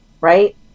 right